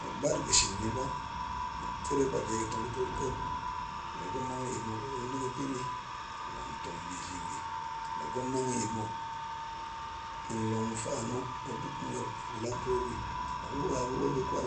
Muop bat ga̱ shin ni ba, muop tarep a ga̱tong tuot kek, laga̱ mang yit muk long da̱ ga̱ pa̱ni long tong biji nni, ga̱ mang yit muk ma̱nlong ma̱faan muk ga̱ pa̱ muop, muop lap la ga̱ wa ga̱wul de kwap